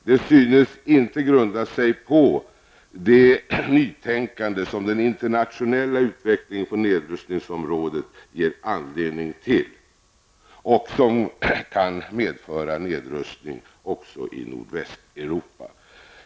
Den synes inte grunda sig på det nytänkande som den internationella utvecklingen på nedrustningsområdet ger anledning till och som kan medföra nedrustning också i Nordvästeuropa.